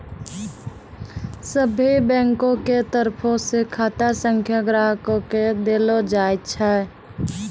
सभ्भे बैंको के तरफो से खाता संख्या ग्राहको के देलो जाय छै